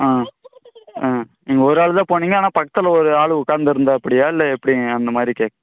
ஆ ஆ நீங்கள் ஒரு ஆள் தான் போனீங்க ஆனால் பக்கத்தில் ஒரு ஆள் உக்காந்துருந்தாப்புடியா இல்லை எப்படிங்க அந்த மாதிரி